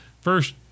first